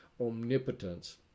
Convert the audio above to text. omnipotence